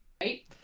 Right